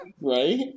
Right